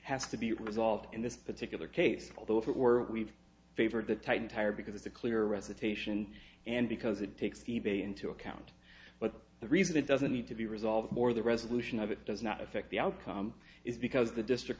has to be resolved in this particular case although if it were we've favored the titan tire because it's a clear recitation and because it takes the baby into account but the reason it doesn't need to be resolved or the resolution of it does not affect the outcome is because the district